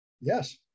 Yes